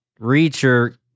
Reacher